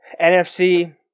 NFC